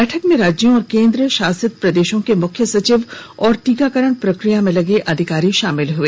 बैठक में राज्यों और केन्द्रशासित प्रदेशों के मुख्य सचिव और टीकाकरण प्रक्रिया में लगे अधिकारी शामिल हए